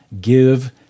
Give